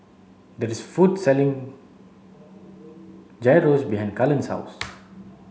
there is a food selling Gyros behind Cullen's house